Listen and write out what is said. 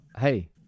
Hey